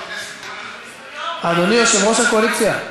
אדוני יושב-ראש הקואליציה,